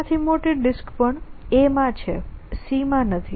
તેના થી મોટી ડિસ્ક પણ A માં છે C માં નથી